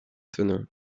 tonneau